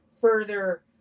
further